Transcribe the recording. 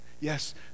yes